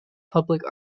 public